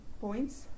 points